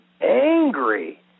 angry